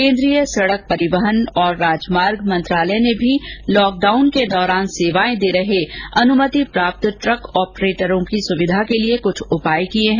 केन्द्रीय सड़क परिवहन और राजमार्ग मंत्रालय ने भी लॉकडाउन के दौरान सेवाएँ दे रहे अनुमति प्राप्त ट्रक ऑपरेटरों की सुविधा के लिए कुछ उपाय किए है